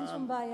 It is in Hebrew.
אין שום בעיה.